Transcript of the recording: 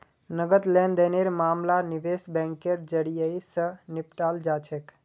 नकद लेन देनेर मामला निवेश बैंकेर जरियई, स निपटाल जा छेक